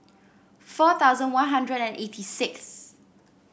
four thousand One Hundred and eighty sixth